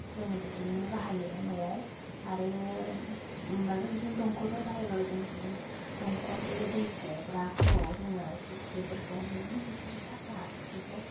जों बिदिनो बाहायो न'आव आरो माब्लाबा बिदिनो दंखलफोर बाहायब्लाबो जों बिदिनो दंखलनि बे दै गग्रा खर'आव जोङो हिस्रिफोरखौ बिदिनो हिस्रि साफा हिस्रिखौ